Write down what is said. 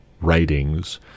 writings